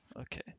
Okay